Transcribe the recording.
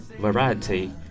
variety